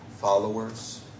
followers